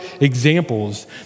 examples